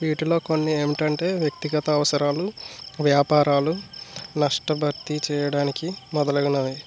వీటిలో కొన్ని ఏమిటి అంటే వ్యక్తిగత అవసరాలు వ్యాపారాలు నష్ట భర్తీ చేయడానికి మొదలగునవి